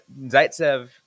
Zaitsev